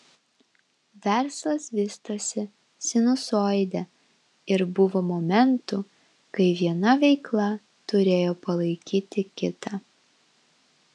verslas vystosi sinusoide ir buvo momentų kai viena veikla turėjo palaikyti kitą